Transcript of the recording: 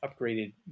upgraded